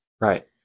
right